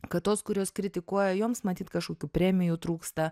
kad tos kurios kritikuoja joms matyt kažkokių premijų trūksta